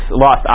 lost